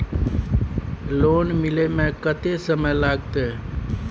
Loan मिले में कत्ते समय लागते?